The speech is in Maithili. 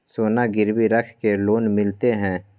सोना गिरवी रख के लोन मिलते है?